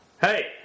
Hey